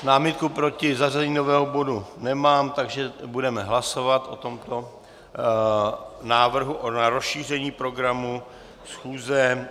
Námitku proti zařazení nového bodu nemám, takže budeme hlasovat o tomto návrhu na rozšíření programu schůze.